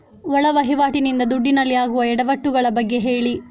ಒಳ ವಹಿವಾಟಿ ನಿಂದ ದುಡ್ಡಿನಲ್ಲಿ ಆಗುವ ಎಡವಟ್ಟು ಗಳ ಬಗ್ಗೆ ಹೇಳಿ